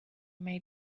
made